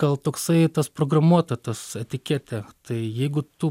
gal toksai tas programuotojo tas etiketė tai jeigu tu